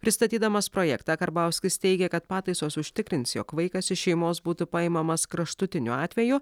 pristatydamas projektą karbauskis teigė kad pataisos užtikrins jog vaikas iš šeimos būtų paimamas kraštutiniu atveju